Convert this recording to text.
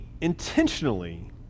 intentionally